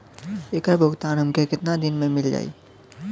ऐकर भुगतान हमके कितना दिन में मील जाई?